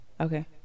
Okay